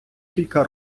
кілька